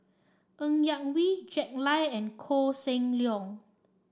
Ng Yak Whee Jack Lai and Koh Seng Leong